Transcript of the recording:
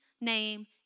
name